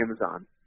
amazon